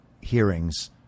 hearings